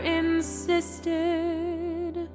insisted